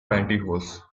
pantyhose